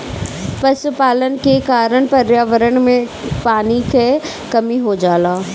पशुपालन के कारण पर्यावरण में पानी क कमी हो जाला